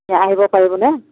আহিব পাৰিবনে